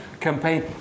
campaign